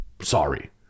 sorry